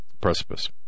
precipice